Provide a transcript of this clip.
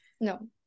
no